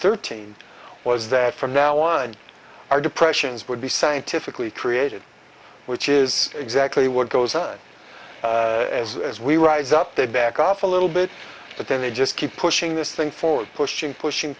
thirteen was that from now on our depressions would be scientifically created which is exactly what goes on as we rise up they back off a little bit but then they just keep pushing this thing forward pushing pushing